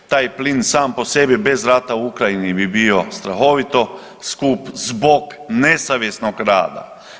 Taj plin sam po sebi bez rata u Ukrajini bi bio strahovito skup zbog nesavjesnog rada.